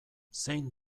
zein